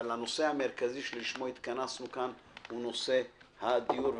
אבל הנושא המרכזי שלשמו התכנסנו כאן הוא נושא הדיור.